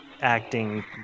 acting